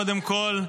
קודם כול,